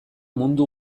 mundu